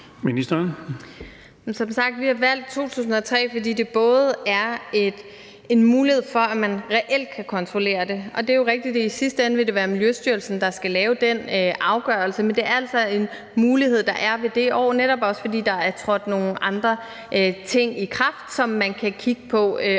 som sagt valgt 2003, fordi det giver en mulighed for, at man reelt kan kontrollere det. Det er jo rigtigt, at det i sidste ende vil være Miljøstyrelsen, der skal træffe den afgørelse, men det er altså en mulighed, der er ved det årstal, netop også fordi der er trådt nogle andre ting i kraft, som man kan kigge på,